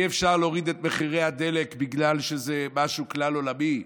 אי-אפשר להוריד את מחירי הדלק בגלל שזה משהו כלל-עולמי,